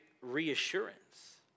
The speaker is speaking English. reassurance